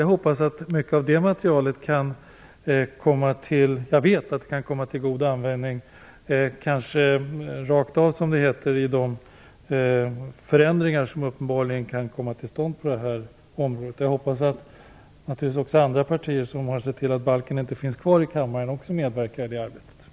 Jag vet att mycket av det materialet kan komma till god användning så att säga rakt av i de förändringar som uppenbarligen kan komma till stånd på det här området. Jag hoppas naturligtvis att också andra partier, som har sett till att balken inte finns kvar, också medverkar i detta arbete.